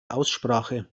aussprache